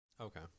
Okay